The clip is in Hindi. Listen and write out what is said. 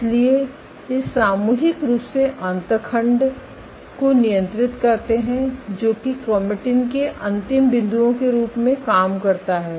इसलिए ये सामूहिक रूप से अंतखंड को नियंत्रित करते हैं जो कि क्रोमैटिन के अंतिम बिंदुओं के रूप में काम करता है